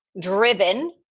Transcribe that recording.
driven